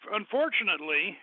unfortunately